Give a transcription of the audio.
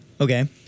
Okay